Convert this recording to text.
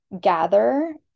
gather